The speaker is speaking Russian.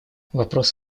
вопрос